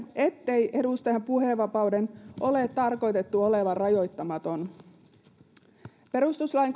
ettei edustajan puhevapauden ole tarkoitettu olevan rajoittamaton perustuslain